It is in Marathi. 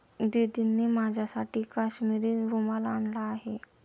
दीदींनी माझ्यासाठी काश्मिरी रुमाल आणला आहे